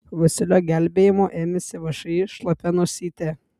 vasilio gelbėjimo ėmėsi všį šlapia nosytė